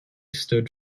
stood